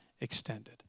extended